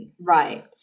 right